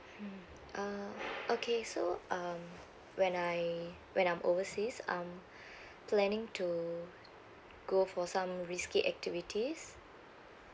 uh okay so um when I when I'm overseas I'm planning to go for some risky activities